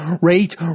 rate